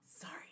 sorry